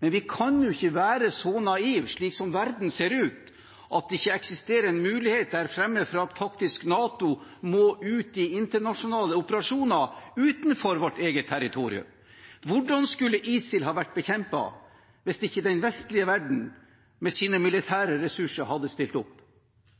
Men vi kan ikke være så naive, slik som verden ser ut, at det ikke eksisterer en mulighet der fremme for at faktisk NATO må ut i internasjonale operasjoner utenfor vårt eget territorium. Hvordan skulle ISIL har vært bekjempet hvis ikke den vestlige verden med sine militære ressurser hadde stilt opp?